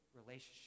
relationship